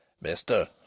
Mister